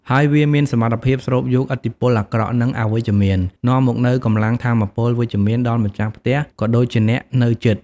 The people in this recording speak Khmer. ហើយវាមានសមត្ថភាពស្រូបយកឥទ្ធិពលអាក្រក់ និងអវិជ្ជមាន នាំមកនូវកម្លាំងថាមពលវិជ្ជមានដល់ម្ចាស់ផ្ទះក៏ដូចជាអ្នកនៅជិត។